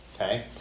okay